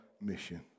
mission